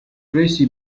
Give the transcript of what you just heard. tracy